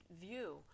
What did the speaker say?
view